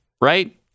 right